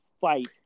fight